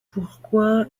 pourquoi